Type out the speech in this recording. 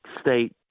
state